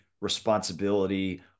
responsibility